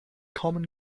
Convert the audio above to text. common